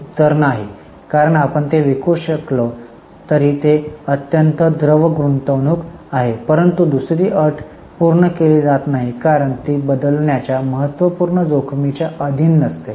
उत्तर नाही कारण आपण ते विकू शकले तरी ती अत्यंत द्रव गुंतवणूक आहे परंतु दुसरी अट पूर्ण केली जात नाही कारण ती बदलण्याच्या महत्त्वपूर्ण जोखीम च्या अधीन नसते